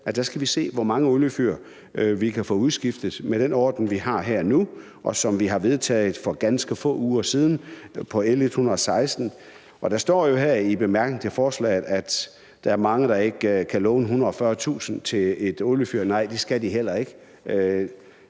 fase skal se, hvor mange oliefyr vi kan få udskiftet gennem den ordning, vi har her og nu, og som vi med L 116 har vedtaget for ganske få uger siden. Der står i bemærkningerne til forslaget her, at der er mange, der ikke kan låne 140.000 kr. til en varmepumpe. Det skal de heller ikke.